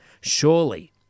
Surely